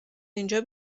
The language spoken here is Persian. اینجا